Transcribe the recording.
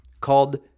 called